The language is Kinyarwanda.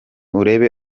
urebe